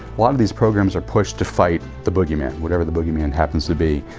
lot of these programs are pushed to fight the bogie man, whatever the bogie man happens to be.